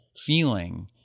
feeling